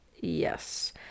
yes